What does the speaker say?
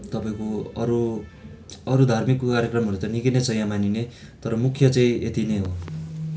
तपाईँको अरू अरू धार्मिक कार्यक्रमहरू त निकै नै छ यहाँ मानिने तर मुख्य चाहिँ यति नै हो